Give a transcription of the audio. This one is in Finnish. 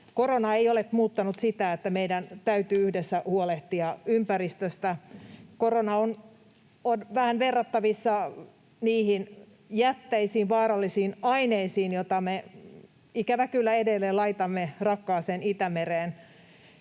Korona ei ole muuttanut sitä, että meidän täytyy yhdessä huolehtia ympäristöstä. Korona on vähän verrattavissa niihin jätteisiin, vaarallisiin aineisiin, joita me ikävä kyllä edelleen laitamme rakkaaseen Itämereen.